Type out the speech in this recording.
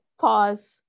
pause